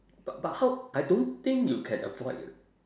but but how I don't think you can avoid